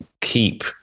keep